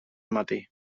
matí